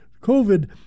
COVID